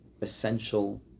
essential